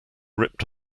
ripped